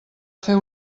fer